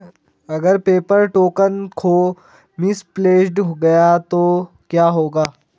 अगर paper token खो misplaced गया तो क्या होगा?